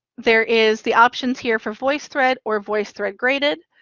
there is the options here for voicethread or voicethread graded.